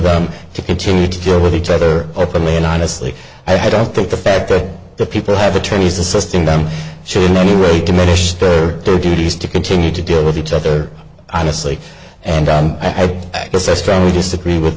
them to continue to deal with each other openly and honestly i don't think the fact that the people have attorneys assisting them so in any rate diminish their their duty is to continue to deal with each other i honestly and there's a strongly disagree with